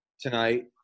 tonight